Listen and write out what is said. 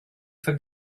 for